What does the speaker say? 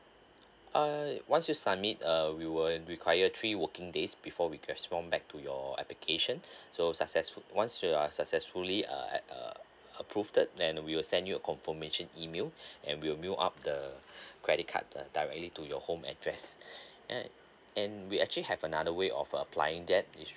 uh once you submit uh we will require three working days before requests from back to your application so successful once you are successfully err approved then we will send you a confirmation email and we'll mail up the credit card uh directly to your home address and and we actually have another way of applying that